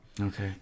okay